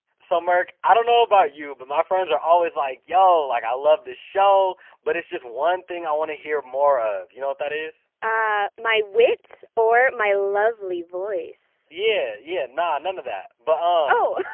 so merk, i don't know about you, but my friends are always like, yo, like i love the show but it's just one thing i want to hear more of. you know what that is? ummm, my wits or my lovely voice? yeah, yeah none none of that. but it's